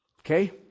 Okay